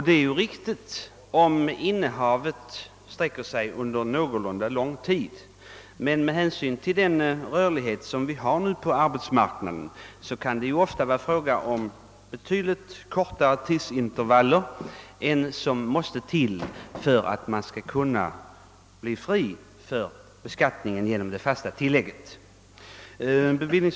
Detta är riktigt, men bara om vederbörande har innehaft villan tillräckligt lång tid. Med den rörlig het vi nu har på arbetsmarknaden kan det emellertid ofta bli fråga om betydligt kortare tidsintervaller än som måste till för att man skall bli befriad från beskattning genom det fasta tillägget.